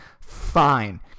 fine